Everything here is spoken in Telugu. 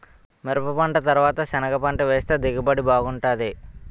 మిరపపంట తరవాత సెనగపంట వేస్తె దిగుబడి బాగుంటాది